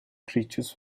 creatures